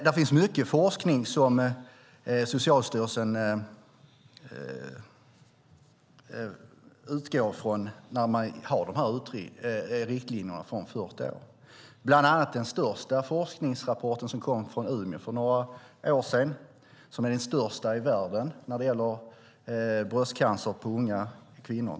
Det finns mycket forskning som Socialstyrelsen utgår från för riktlinjerna från 40 år. Det finns bland annat en forskningsrapport som kom från Umeå för några år sedan. Det är den största i världen när det gäller bröstcancer hos unga kvinnor.